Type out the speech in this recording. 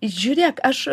žiūrėk aš